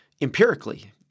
empirically